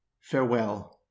Farewell